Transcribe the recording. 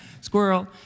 Squirrel